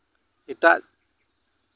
ᱮᱴᱟᱜ